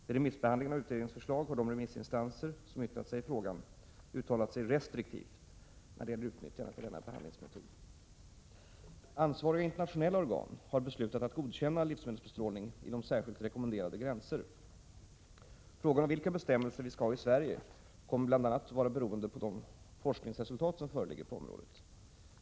Vid remissbehandlingen av utredningens förslag har de remissinstanser som yttrat sig i frågan uttalat sig restriktivt när det gäller utnyttjandet av denna behandlingsmetod. Ansvariga internationella organ har beslutat att godkänna livsmedelsbestrålning inom särskilt rekommenderade gränser. Frågan om vilka bestämmelser vi skall ha i Sverige kommer bl.a. att vara beroende av de forskningsresultat som föreligger på området.